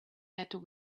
that